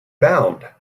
bound